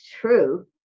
true